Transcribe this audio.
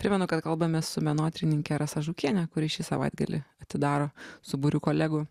primenu kad kalbamės su menotyrininke rasa žukiene kuri šį savaitgalį atidaro su būriu kolegų